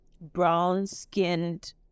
brown-skinned